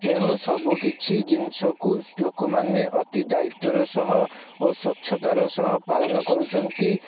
ତେଣୁ ସବୁ କିଛି ଜିନିଷକୁ ଲୋକମାନେ ଅତି ଦାୟିତ୍ୱର ସହ ଓ ସ୍ୱଚ୍ଛତାର ସହ ପାଳନ କରୁଛନ୍ତି